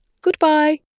goodbye